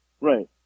right